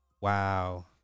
Wow